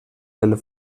del